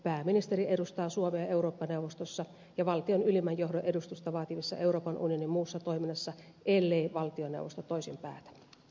pääministeri edustaa suomea eurooppa neuvostossa ja valtion ylimmän johdon edustusta vaativassa euroopan unionin muussa toiminnassa ellei valtioneuvosto toisinpäin